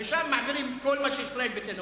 ושם מעבירים כל מה שהוא של ישראל ביתנו,